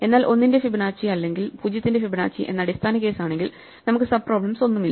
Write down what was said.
എന്നാൽ 1 ന്റെ ഫിബൊനാച്ചി അല്ലെങ്കിൽ 0 ന്റെ ഫിബൊനാച്ചി എന്ന അടിസ്ഥാന കേസ് ആണെങ്കിൽ നമുക്ക് സബ് പ്രോബ്ലെംസ് ഒന്നുമില്ല